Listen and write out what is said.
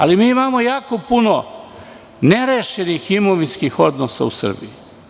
Ali, mi imamo jako puno nerešenih imovinskih odnosa u Srbiji.